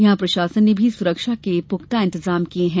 यहां प्रशासन ने भी सुरक्षा के पुख्ता इंतजाम किये हैं